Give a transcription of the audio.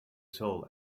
soul